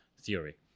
theory